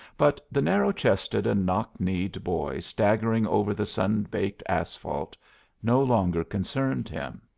but the narrow-chested and knock-kneed boy staggering over the sun-baked asphalt no longer concerned him.